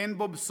אין בו בשורה.